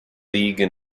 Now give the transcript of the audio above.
league